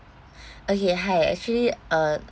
okay hi actually uh